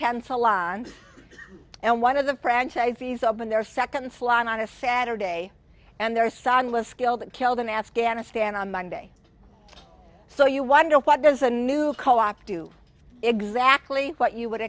ten salons and one of the franchisees opened their second slot on a saturday and their son was killed and killed in afghanistan on monday so you wonder what does a new co op do exactly what you would